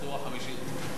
הסורה החמישית.